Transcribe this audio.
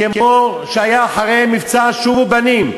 כמו שהיה אחרי מבצע "שובו אחים"